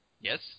Yes